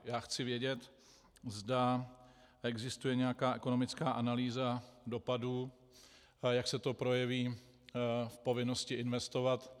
Já chci vědět, zda existuje nějaká ekonomická analýza dopadů, jak se to projeví v povinnosti investovat.